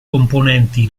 componenti